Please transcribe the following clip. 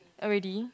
already